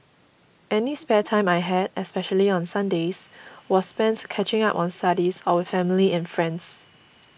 any spare time I had especially on Sundays was spent catching up on studies or with family and friends